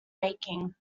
making